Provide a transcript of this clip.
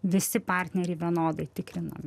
visi partneriai vienodai tikrinami